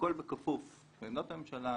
שהכול בכפוף לעמדות הממשלה,